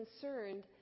concerned